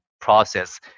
process